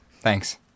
Thanks